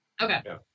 Okay